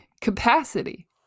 capacity